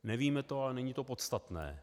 Nevíme to, ale není to podstatné.